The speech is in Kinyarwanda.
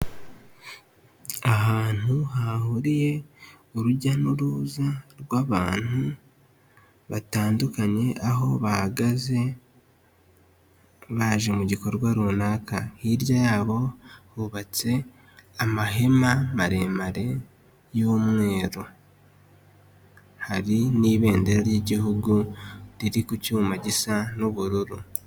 Ahantu hahuriye urujya n'uruza rw'abantu batandukanye, aho bahagaze baje mu gikorwa runaka, hirya y'abo hubatse amahema maremare y'umweru, hari n'ibendera ry'igihugu riri ku cyuma gisa n'ubururu.